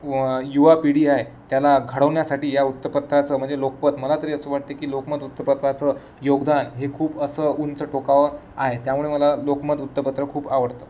युवा पिढी आहे त्याला घडवण्यासाठी या वृत्तपत्राचं म्हणजे लोकमत मला तरी असं वाटतं की लोकमत वृत्तपत्राचं योगदान हे खूप असं उंच टोकावर आहे त्यामुळे मला लोकमत वृत्तपत्र खूप आवडतं